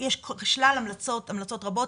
יש שלל המלצות, המלצות רבות.